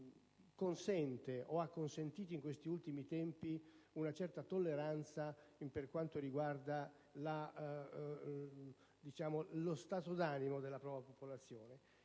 consente, o ha consentito in questi ultimi tempi una certa tolleranza per quanto riguarda lo stato d'animo della propria popolazione,